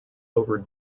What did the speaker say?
over